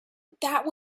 that